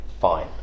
fine